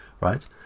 right